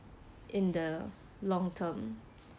in the long term